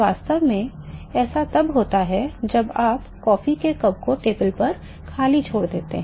वास्तव में ऐसा तब होता है जब आप कॉफी के कप को टेबल पर खाली छोड़ देते हैं